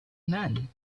none